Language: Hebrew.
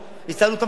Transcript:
השגנו את המטרה,